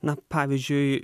na pavyzdžiui